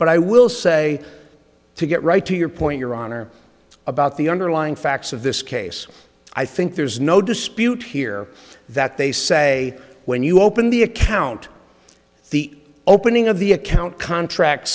but i will say to get right to your point your honor about the underlying facts of this case i think there's no dispute here that they say when you open the account the opening of the account contract